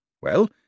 Well